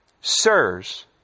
Sirs